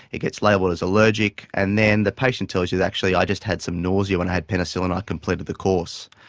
it gets label as allergic, and then the patient tells you that, actually i just had some nausea when i had penicillin, i completed the course.